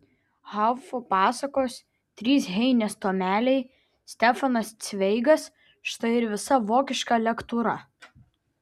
haufo pasakos trys heinės tomeliai stefanas cveigas štai ir visa vokiška lektūra